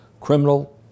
criminal